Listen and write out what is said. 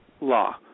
law